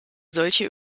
solche